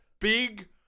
Big